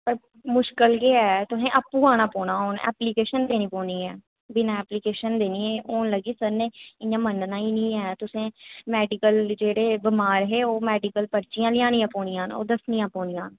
पर मुश्कल गै ऐ तोहें आपूं आना पौना हून ऐप्लीकेशन देनी पौनी ऐ बिन ऐप्लीकेशन दे नी एह् होन लगी सर ने इ'यां मनना नी ऐ तुसें मैडिकल जेह्ड़े बमार हे ओह् मैडिकल पर्चियां लेआनियां पैनियां न ओह् दस्सनियां पैनियां